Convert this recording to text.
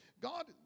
God